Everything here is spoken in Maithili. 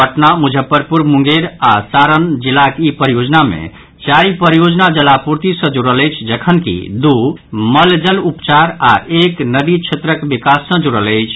पटना मुजफ्फरपुर मुंगेर आओर सारण जिलाक ई परियोजना मे चारि परियोजना जलापूर्ति सँ जुड़ल अछि जखनकि दू मल जल उपचार आओर एक नदी क्षेत्रक विकास सँ जुड़ल अछि